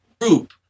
group